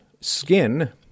skin